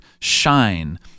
shine